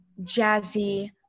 jazzy